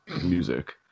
music